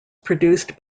produced